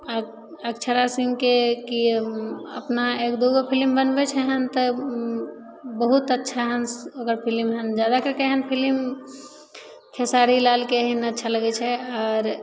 अक्षरा सिंहके कि अपना एक दू गो फिलिम बनबै छै हँ तऽ बहुत अच्छा हँ ओकर फिलिम हँ जादा करिके हँ फिलिम खेसारी लालके हँ अच्छा लगै छै आओर